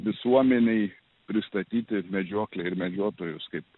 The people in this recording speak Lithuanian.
visuomenei pristatyti medžioklę ir medžiotojus kaip